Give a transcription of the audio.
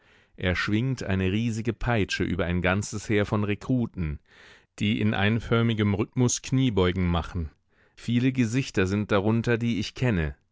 er schwingt eine riesige peitsche über ein ganzes heer von rekruten die in einförmigem rhythmus kniebeugen machen viele gesichter sind darunter die ich kenne